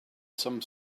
some